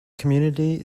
community